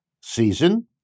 season